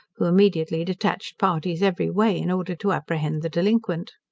who immediately detached parties every way in order to apprehend the delinquent.